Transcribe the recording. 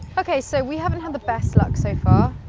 okay, so we haven't had the best luck so far,